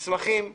מסמכים וכולי.